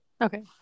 Okay